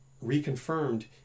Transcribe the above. reconfirmed